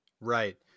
Right